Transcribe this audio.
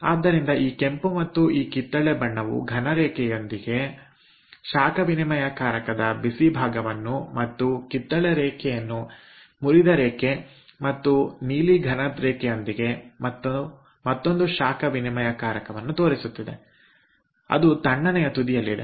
ಆದ್ದರಿಂದ ಈ ಕೆಂಪು ಮತ್ತು ಈ ಕಿತ್ತಳೆ ಬಣ್ಣವು ಘನ ರೇಖೆಯೊಂದಿಗೆ ಶಾಖ ವಿನಿಮಯಕಾರಕದ ಬಿಸಿ ಭಾಗವನ್ನು ಮತ್ತು ಕಿತ್ತಳೆ ರೇಖೆಯನ್ನು ಮುರಿದ ರೇಖೆ ಮತ್ತು ನೀಲಿ ಘನ ರೇಖೆಯೊಂದಿಗೆ ಮತ್ತೊಂದು ಶಾಖ ವಿನಿಮಯಕಾರಕವನ್ನು ತೋರಿಸುತ್ತದೆ ಅದು ತಣ್ಣನೆಯ ತುದಿಯಲ್ಲಿದೆ